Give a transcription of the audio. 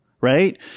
right